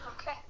Okay